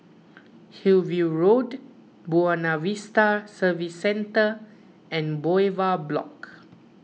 Hillview Road Buona Vista Service Centre and Bowyer Block